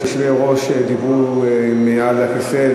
שיושבי-ראש דיברו מעל הכיסא,